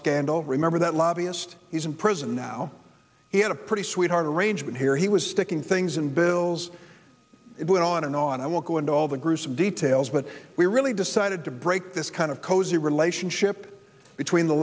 scandal remember that lobbyist he's in prison now he had a pretty sweetheart arrangement here he was sticking things in bills it went on and on i won't go into all the gruesome details but we really decided to break this kind of cozy relationship between the